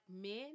men